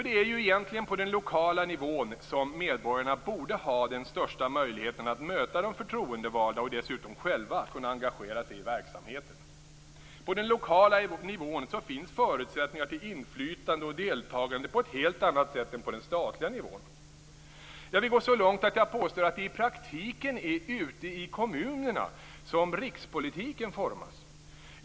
Det är ju egentligen på den lokala nivån som medborgarna borde ha den största möjligheten att möta de förtroendevalda och dessutom själva engagera sig i verksamheten. På den lokala nivån finns förutsättningar för inflytande och deltagande på ett helt annat sätt än på den statliga nivån. Jag vill gå så långt att jag påstår att det i praktiken är ute i kommunerna som rikspolitiken formas.